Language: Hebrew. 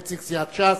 נציג סיעת ש"ס.